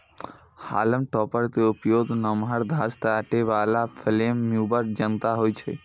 हाल्म topper के उपयोग नमहर घास काटै बला फ्लेम मूवर जकां होइ छै